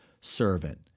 servant